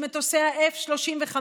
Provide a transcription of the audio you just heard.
את מטוסי F-35,